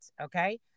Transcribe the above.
okay